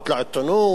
בוועדה,